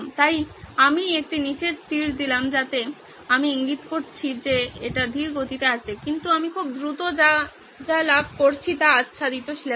তাই আমি একটি নিচের তীর দিলাম যাতে আমি ইঙ্গিত করি যে এটি ধীর গতিতে আছে কিন্তু আমি খুব দ্রুত যা যা লাভ করছি তা আচ্ছাদিত সিলেবাস